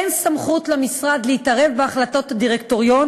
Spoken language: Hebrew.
אין סמכות למשרד להתערב בהחלטות הדירקטוריון